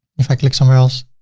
if i click somewhere else,